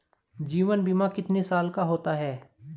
जीवन बीमा कितने साल का होता है?